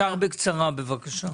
אם אפשר לדבר בקצרה, בבקשה.